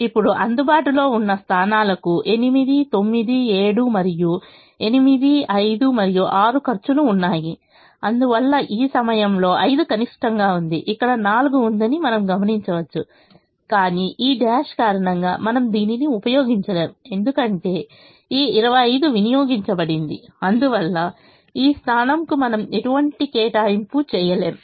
ఇప్పుడు అందుబాటులో ఉన్న స్థానాలకు 8 9 7 మరియు 8 5 మరియు 6 ఖర్చులు ఉన్నాయి అందువల్ల ఈ సమయంలో 5 కనిష్టంగా ఉంది ఇక్కడ 4 ఉందని మనం గమనించవచ్చు కాని ఈ డాష్ కారణంగా మనము దీనిని ఉపయోగించలేము ఎందుకంటే ఈ 25 వినియోగించబడింది అందువల్ల ఈ స్థానం కు మనము ఎటువంటి కేటాయింపు చేయలేము